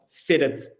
fitted